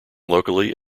locally